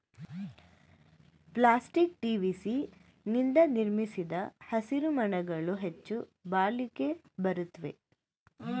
plastic TVC ನಿಂದ ನಿರ್ಮಿಸಿದ ಹಸಿರುಮನೆಗಳು ಹೆಚ್ಚು ಬಾಳಿಕೆ ಬರುತ್ವೆ